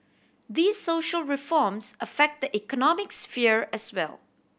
these social reforms affect the economic sphere as well